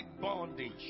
bondage